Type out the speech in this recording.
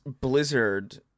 Blizzard